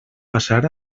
passar